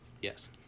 Yes